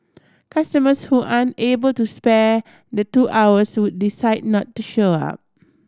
customers who aren't able to spare the two hours would decide not to show up